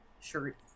shirt